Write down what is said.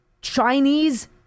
Chinese